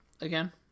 again